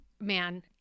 man